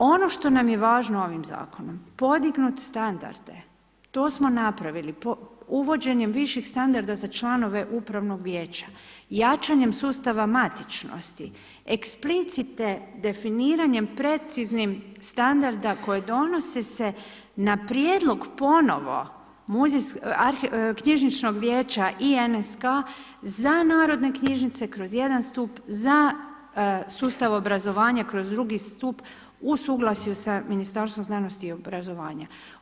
Ono što nam je važno ovim zakonom podignuti standarde, uvođenjem viših standarda za članove upravnog vijeća, jačanjem sustava matičnosti, eksplicite definiranjem preciznim standarda koje donosi se na prijedlog ponovo knjižničkog vijeća i NSK za narodne knjižnice kroz jedan stup, za sustav obrazovanja kroz drugi stup u suglasju sa Ministarstvom znanosti i obrazovanja.